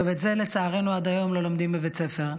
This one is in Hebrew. טוב, את זה, לצערנו, עד היום לא לומדים בבית הספר.